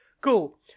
cool